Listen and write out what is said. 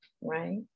right